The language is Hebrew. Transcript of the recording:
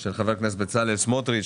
של חבר הכנסת בצלאל סמוטריץ',